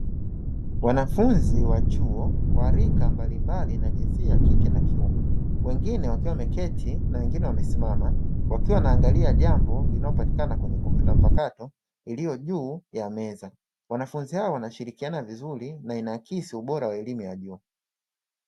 Wanafunzi wa chuo wa rika mbalimbali na jinsia ya kike na kiume, wengine wakiwa wameketi na wengine wamesimama wakiwa wanaangalia jambo linalopatikana kwenye kompyuta mpakato iliyo juu ya meza. Wanafunzi hao wanashirikiana vizuri na inakisi ubora wa elimu ya juu.